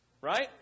right